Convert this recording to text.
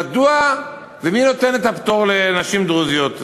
מדוע ומי נותן את הפטור לנשים דרוזיות?